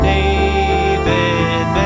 David